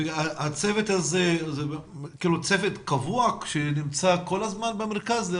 והצוות הזה הוא צוות קבוע שנמצא כל הזמן במרכז?